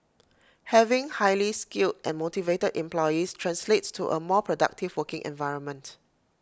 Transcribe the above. having highly skilled and motivated employees translates to A more productive working environment